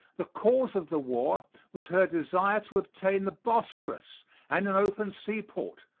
the cause of the war was her desire to obtain the bosphorus and an open seaport,